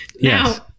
Yes